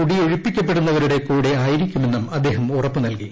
കുടിയൊഴിപ്പിക്കപ്പെടുന്നവരുടെ കൂടെ ആയിരിക്കുമെന്നും അദ്ദേഹം ഉറപ്പ് നൽകി